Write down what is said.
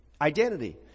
Identity